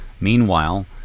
Meanwhile